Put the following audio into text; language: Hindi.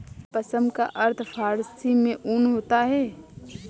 पश्म का अर्थ फारसी में ऊन होता है